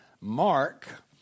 Mark